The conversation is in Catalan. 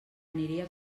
aniria